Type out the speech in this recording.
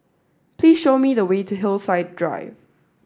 please show me the way to Hillside Drive